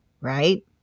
right